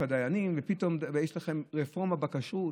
הדיינים ופתאום יש לכם רפורמה בכשרות,